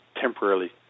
temporarily